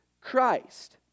Christ